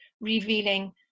revealing